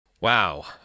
Wow